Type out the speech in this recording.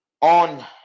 on